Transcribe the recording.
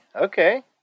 okay